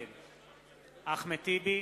נגד אחמד טיבי,